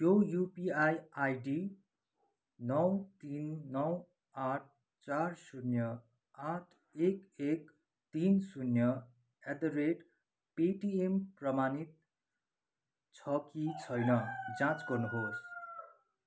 यो UPI ID नौ तिन नौ आठ चार शून्य आठ एक एक तिन शून्य एट द रेट पेटिएम प्रमाणित छ कि छैन जाँच गर्नुहोस्